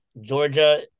Georgia